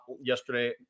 yesterday